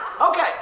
Okay